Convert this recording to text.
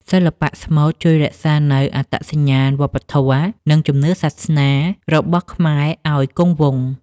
សិល្បៈស្មូតជួយរក្សានូវអត្តសញ្ញាណវប្បធម៌ និងជំនឿសាសនារបស់ខ្មែរឱ្យគង់វង្ស។